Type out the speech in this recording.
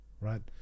right